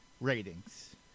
ratings